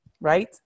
right